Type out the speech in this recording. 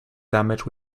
damage